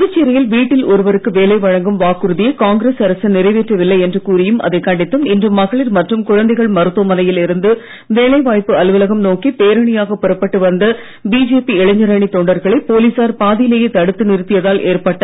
புதுச்சேரியில் வீட்டில் ஒருவருக்கு வேலை வழங்கும் வாக்குறுதியை காங்கிரஸ் அரசு நிறைவேற்றவில்லை என்று கூறியும் அதைக் கண்டித்தும் இன்று மகளிர் மற்றும் குழந்தைகள் மருத்துவமனையில் இருந்து வேலைவாய்ப்பு அலுவலகம் நோக்கி பேரணியாக புறப்பட்டு வந்த பிஜேபி இளைஞர் அணித் தொண்டர்களை போலீசார் பாதியிலேயே தடுத்து நிறுத்தியதால் ஏற்பட்ட